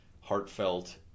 heartfelt